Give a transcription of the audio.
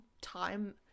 time